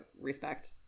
respect